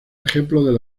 ejemplos